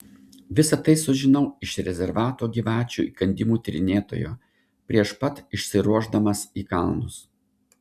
visa tai sužinau iš rezervato gyvačių įkandimų tyrinėtojo prieš pat išsiruošdamas į kalnus